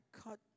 cut